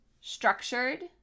structured